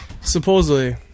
Supposedly